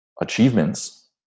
achievements